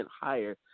higher